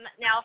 Now